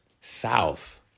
south